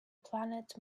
planet